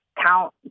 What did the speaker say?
count